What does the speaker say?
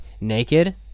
naked